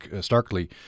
starkly